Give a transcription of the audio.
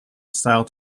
style